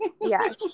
Yes